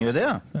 אני יודע.